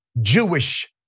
Jewish